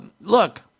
Look